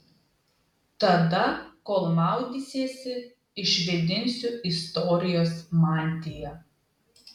tada kol maudysiesi išvėdinsiu istorijos mantiją